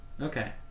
Okay